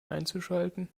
einzuschalten